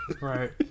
right